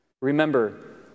Remember